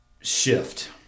shift